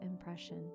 impression